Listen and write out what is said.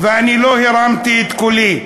ואני לא הרמתי את קולי,